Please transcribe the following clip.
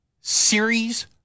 series